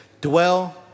dwell